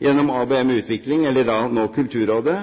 Gjennom ABM-utvikling, nå Kulturrådet,